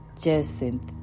Jacinth